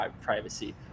privacy